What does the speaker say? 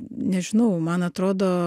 nežinau man atrodo